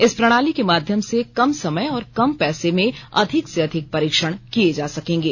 इस प्रणाली के माध्यम से कम समय और कम पैसे में अधिक से अधिक परीक्षण किए जा सकेंगे